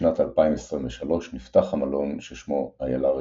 בשנת 2023 נפתח המלון, ששמו "איילה ריזורט".